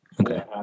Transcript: Okay